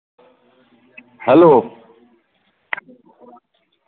hello